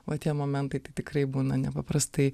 va tie momentai tai tikrai būna nepaprastai